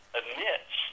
admits